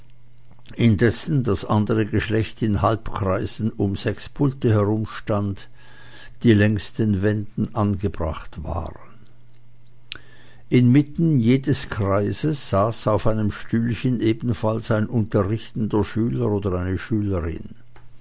indessen das andere geschlecht in halbkreisen um sechs pulte herum stand die längs den wänden angebracht waren inmitten jedes kreises saß auf einem stühlchen ebenfalls ein unterrichtender schüler oder eine schülerin